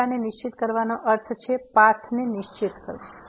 થેટાને નિશ્ચિત કરવાનો અર્થ છે પાથને નિશ્ચિત કરવો